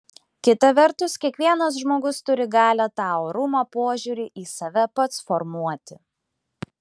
kita vertus kiekvienas žmogus turi galią tą orumą požiūrį į save pats formuoti